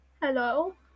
Hello